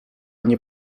nie